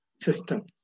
system